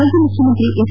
ಮಾಜಿ ಮುಖ್ಯಮಂತ್ರಿ ಎಸ್